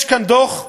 יש כאן דוח,